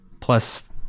plus